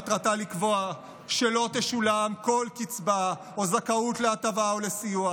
מטרתה לקבוע שלא תשולם כל קצבה או זכאות להטבה או לסיוע,